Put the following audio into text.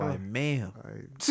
man